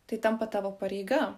tai tampa tavo pareiga